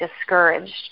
discouraged